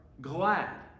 glad